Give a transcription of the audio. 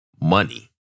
money